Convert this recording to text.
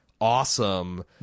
awesome